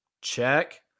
check